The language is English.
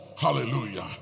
Hallelujah